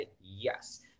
yes